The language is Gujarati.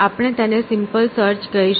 આપણે તેને સિમ્પલ સર્ચ કહીશું